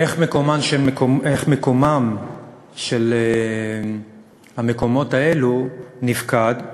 איך מקומם של המקומות האלה נפקד,